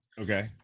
Okay